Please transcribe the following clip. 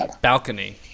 balcony